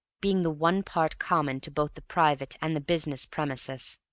being the one part common to both the private and the business premises.